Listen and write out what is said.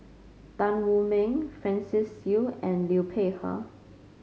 Tan Wu Meng Francis Seow and Liu Peihe